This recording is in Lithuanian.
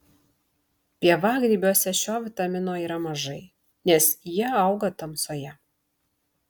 pievagrybiuose šio vitamino yra mažai nes jie auga tamsoje